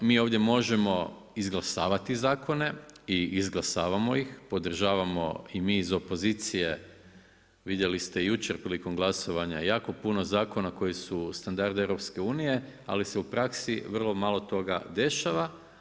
Mi ovdje možemo izglasavati zakone i izglasavamo ih, podržavamo i mi iz opozicije, vidjeli ste i jučer prilikom glasovanja jako puno zakona koji su standard EU ali se u praksi vrlo malo toga dešava.